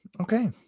Okay